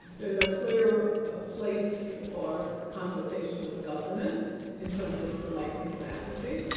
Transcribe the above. there is a clear place for consultation with governance in terms of selecting faculty.